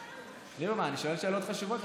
ראית, ליברמן, אני שואל שאלות חשובות.